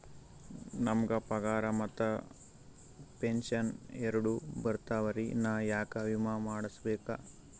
ನಮ್ ಗ ಪಗಾರ ಮತ್ತ ಪೆಂಶನ್ ಎರಡೂ ಬರ್ತಾವರಿ, ನಾ ಯಾಕ ವಿಮಾ ಮಾಡಸ್ಬೇಕ?